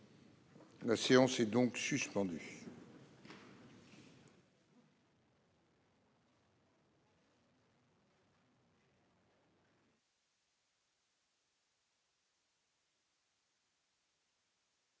La séance est suspendue.